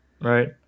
right